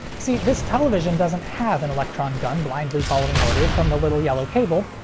see, this television doesn't have an electron gun blindly following orders from the little yellow cable.